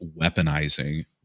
weaponizing